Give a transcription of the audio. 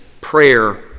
prayer